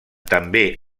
també